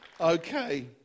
Okay